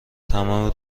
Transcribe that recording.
تمام